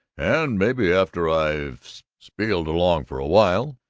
and maybe after i've spieled along for a while,